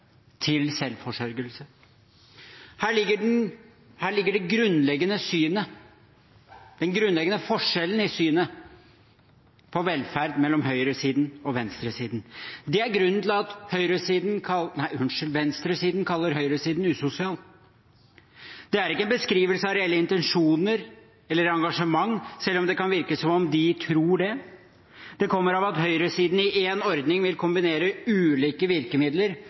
til selvforsørgelse. Her ligger den grunnleggende forskjellen i synet på velferd mellom høyresiden og venstresiden. Det er grunnen til at venstresiden kaller høyresiden for usosial. Det er ikke en beskrivelse av reelle intensjoner eller engasjement, selv om det kan virke som om de tror det. Det kommer av at høyresiden i én ordning vil kombinere ulike virkemidler,